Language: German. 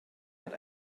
hat